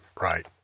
right